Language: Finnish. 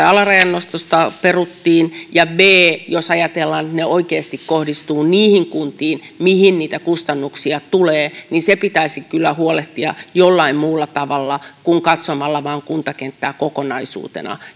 alarajan nostosta peruttiin ja b jos ajatellaan että kompensaatiot oikeasti kohdistuvat niihin kuntiin mihin niitä kustannuksia tulee niin se pitäisi kyllä huolehtia jollain muulla tavalla kuin katsomalla kuntakenttää vain kokonaisuutena